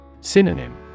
Synonym